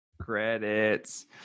Credits